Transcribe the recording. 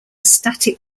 static